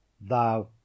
Thou